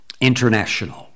International